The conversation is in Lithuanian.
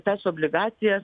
tas obligacijas